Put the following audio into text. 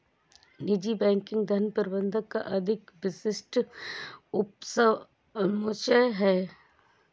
निजी बैंकिंग धन प्रबंधन का अधिक विशिष्ट उपसमुच्चय है